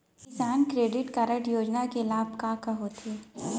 किसान credit card योजना के लाभ का का होथे?